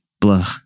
blah